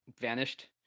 vanished